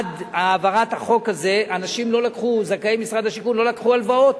עד העברת החוק הזה זכאי משרד השיכון לא לקחו הלוואות,